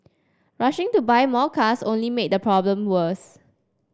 rushing to buy more cars only made the problem worse